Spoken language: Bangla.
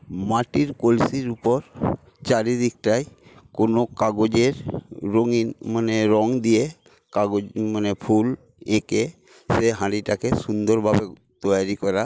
মাটির কলসির ওপর চারিদিকটাই কোনো কাগজের রঙিন মানে রং দিয়ে কাগজ মানে ফুল এঁকে সে হাড়িটাকে সুন্দরভাবে তৈরি করা